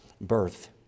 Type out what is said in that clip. birth